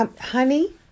Honey